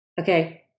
Okay